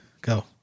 Go